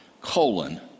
colon